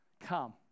come